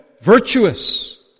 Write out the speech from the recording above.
virtuous